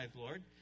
Lord